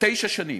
תשע שנים: